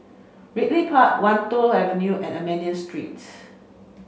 Ridley Park Wan Tho Avenue and Armenian Streets